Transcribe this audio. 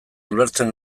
ulertzen